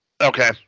Okay